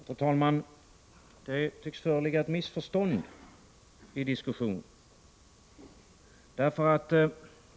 Fru talman! Det tycks föreligga ett missförstånd i diskussionen.